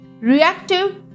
reactive